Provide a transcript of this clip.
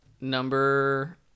number